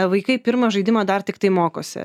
vaikai pirmą žaidimą dar tiktai mokosi